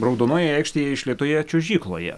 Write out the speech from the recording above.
raudonojoje aikštėje išlietoje čiuožykloje